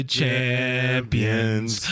champions